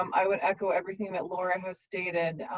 um i would echo everything that laura um has stated